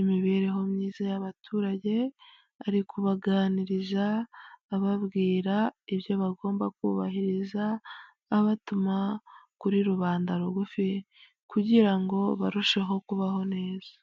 imibereho myiza y'abaturage, ari kubaganiriza ababwira ibyo bagomba kubahiriza abatuma kuri rubanda rugufi kugira ngo barusheho kubaho neza.